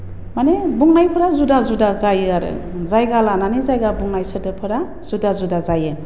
माने बुंनायफोरा जुदा जुदा जायो आरो जायगा लानानै जायगा बुंनाय सोदोबफोरा जुदा जुदा जायो